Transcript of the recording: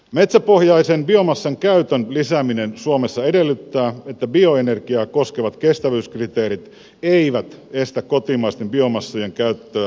metsäpohjaisen biomassan käytön lisääminen suomessa edellyttää että bioenergiaa koskevat kestävyyskriteerit eivät estä kotimaisten biomassojen käyttöä energiantuotannossa